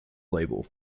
label